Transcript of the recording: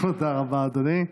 תודה רבה, אדוני.